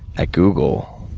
at google,